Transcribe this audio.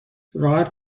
راحت